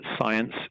science